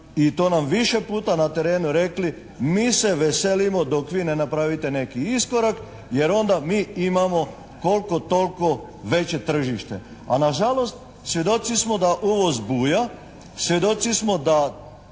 i to nam više puta na terenu rekli mi se veselimo dok vi ne napravite neki iskorak, jer onda mi imamo koliko toliko veće tržište. A nažalost svjedoci smo da ovo zbuja, svjedoci smo da